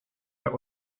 der